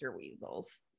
weasels